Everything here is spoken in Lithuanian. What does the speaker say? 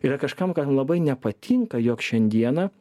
yra kažkam kam labai nepatinka jog šiandieną